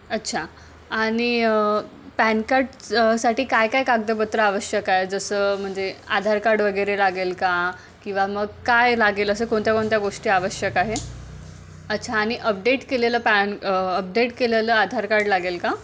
अच्छा आणि पॅन कार्डसाठी काय काय कागदपत्र आवश्यक आहे जसं म्हणजे आधार कार्ड वगैरे लागेल का किंवा मग काय लागेल असं कोणत्या कोणत्या गोष्टी आवश्यक आहे अच्छा आणि अपडेट केलेलं पॅन अपडेट केलेलं आधार कार्ड लागेल का